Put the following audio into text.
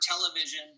television